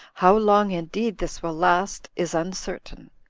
how long indeed this will last is uncertain,